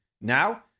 Now